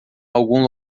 algum